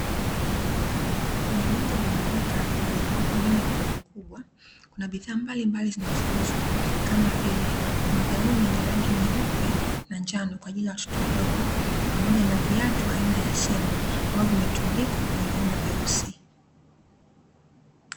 Kwenye moja ya maduka yaliyokuwepo ndani ya jengo kubwa, kuna bidhaa mbalimbali zinazouzwa kama vile: magauni yenye rangi nyeupe na njano kwa ajili ya watoto wadogo, pamoja na viatu aina ya sendo; ambavyo vimetundikwa kwenye vyuma vyeusi.